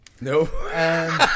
no